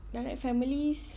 direct families